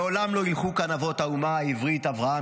מעולם לא הלכו פה אבות האומה העברית אברהם,